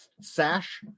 sash